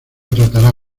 tratará